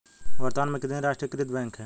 वर्तमान में कितने राष्ट्रीयकृत बैंक है?